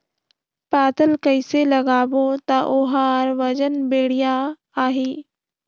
पातल कइसे लगाबो ता ओहार वजन बेडिया आही?